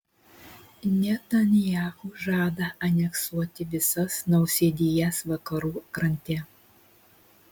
netanyahu žada aneksuoti visas nausėdijas vakarų krante